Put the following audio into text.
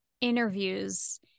interviews